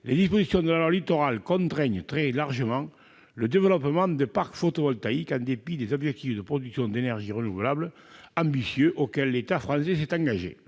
les dispositions de la loi Littoral contraignent très largement le développement des parcs photovoltaïques, en dépit des objectifs de production d'énergies renouvelables ambitieux dans lesquels l'État français s'est engagé.